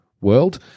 world